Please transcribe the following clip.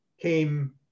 came